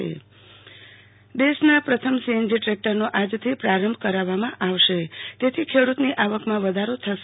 આરતી Bhatt CNG tractor દેશના પ્રથમ CNG ટ્રેક્ટરનો આજથી પ્રારંભ કરવામાં આવશે તેથી ખેડૂતોની આવકમાં વધારો થશે